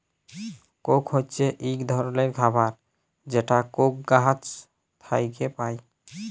Coke হছে ইক ধরলের খাবার যেটা কোক গাহাচ থ্যাইকে পায়